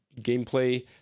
gameplay